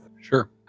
Sure